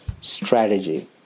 strategy